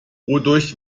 wodurch